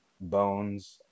Bones